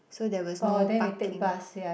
so there was no parking